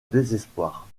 désespoir